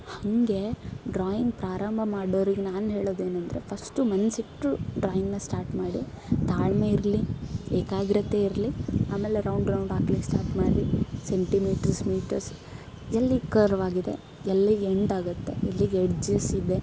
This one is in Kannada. ಹಾಗೆ ಡ್ರಾಯಿಂಗ್ ಪ್ರಾರಂಭ ಮಾಡೋರಿಗೆ ನಾನು ಹೇಳೋದೇನೆಂದ್ರೆ ಫಸ್ಟು ಮನಸಿಟ್ಟು ಡ್ರಾಯಿಂಗ್ನ ಸ್ಟಾಟ್ ಮಾಡಿ ತಾಳ್ಮೆ ಇರಲಿ ಏಕಾಗ್ರತೆ ಇರಲಿ ಆಮೇಲೆ ರೌಂಡ್ ರೌಂಡ್ ಹಾಕ್ಲಿಕ್ಕೆ ಸ್ಟಾಟ್ ಮಾಡಿ ಸೆಂಟಿಮೀಟರ್ಸ್ ಮೀಟರ್ಸ್ ಎಲ್ಲಿ ಕರ್ವ್ ಆಗಿದೆ ಎಲ್ಲಿಗೆ ಎಂಡ್ ಆಗುತ್ತೆ ಎಲ್ಲಿಗೆ ಎಡ್ಜಸ್ ಇದೆ